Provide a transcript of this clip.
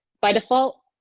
by default,